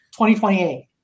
2028